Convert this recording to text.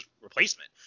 replacement